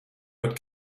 but